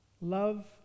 Love